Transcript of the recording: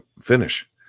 finish